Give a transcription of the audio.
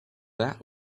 that